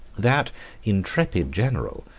that intrepid general,